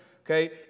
okay